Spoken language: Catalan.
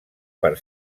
per